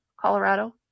Colorado